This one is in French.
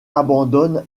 abandonne